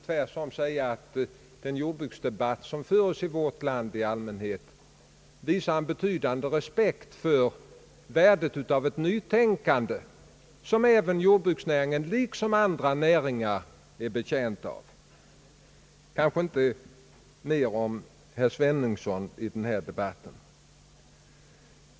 Tvärtom visar den jordbruksdebatt som förs i vårt land i allmänhet en betydande respekt för värdet av ett nytänkande, som även jordbruksnäringen liksom andra näringar är betjänt av. Kanske inte mer om herr Svenungsson i denna debatt.